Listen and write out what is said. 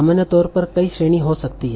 सामान्य तौर पर कई श्रेणी हो सकती हैं